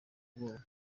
ubwoba